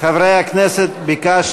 התשע"ה 2015, מאת חברי הכנסת אחמד